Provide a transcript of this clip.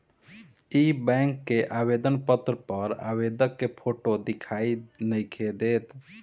इ बैक के आवेदन पत्र पर आवेदक के फोटो दिखाई नइखे देत